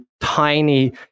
tiny